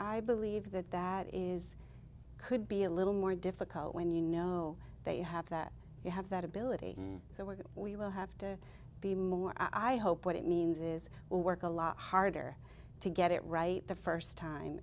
i believe that that is could be a little more difficult when you know they have that you have that ability and so we're going we will have to be more i hope what it means is will work a lot harder to get it right the first time